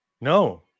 No